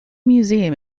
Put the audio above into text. museum